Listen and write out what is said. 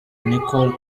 nicole